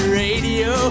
radio